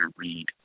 read